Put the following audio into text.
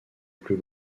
plus